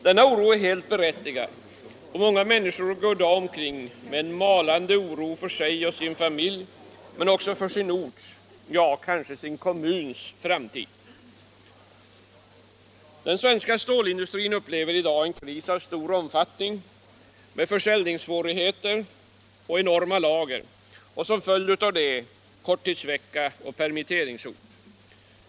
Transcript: Denna oro är helt berättigad, och många människor går i dag omkring med en malande oro för sig och sin familj men också för sin orts, ja kanske sin kommuns framtid. Den svenska stålindustrin upplever i dag en kris av stor omfattning med försäljningssvårigheter, enorma lager och som följd därav korttidsvecka och permitteringshot.